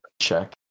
check